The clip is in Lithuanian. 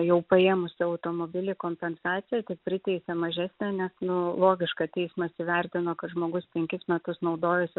jau paėmusi automobilį kompensaciją priteisė mažesnę nes nu logiška teismas įvertino kad žmogus penkis metus naudojosi